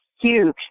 huge